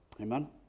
Amen